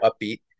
upbeat